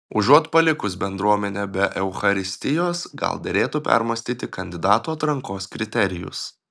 užuot palikus bendruomenę be eucharistijos gal derėtų permąstyti kandidatų atrankos kriterijus